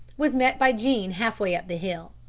was met by jean half-way up the hill.